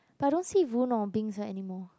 but I don't see Voon or Bing-Ze anymore